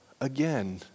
again